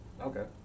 okay